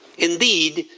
indeed,